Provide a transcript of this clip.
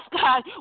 God